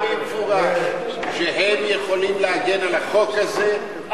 אמר במפורש שהם יכולים להגן על החוק הזה,